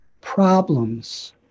problems